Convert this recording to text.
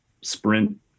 sprint